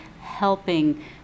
helping